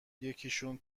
یکیشون